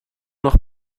noch